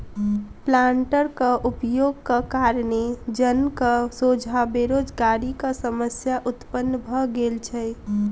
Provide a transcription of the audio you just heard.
प्लांटरक उपयोगक कारणेँ जनक सोझा बेरोजगारीक समस्या उत्पन्न भ गेल छै